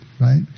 right